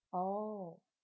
oh